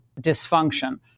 dysfunction